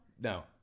No